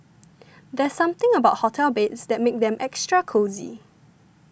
there's something about hotel beds that makes them extra cosy